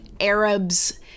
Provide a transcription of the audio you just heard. Arabs